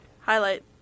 Highlight